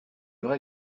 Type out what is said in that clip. vrai